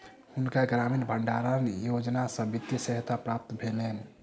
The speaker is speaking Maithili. हुनका ग्रामीण भण्डारण योजना सॅ वित्तीय सहायता प्राप्त भेलैन